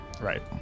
right